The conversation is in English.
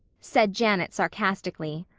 said janet sarcastically.